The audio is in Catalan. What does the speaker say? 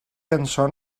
cançó